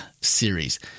Series